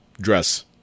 dress